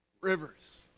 Rivers